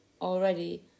already